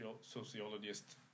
sociologist